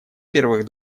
первых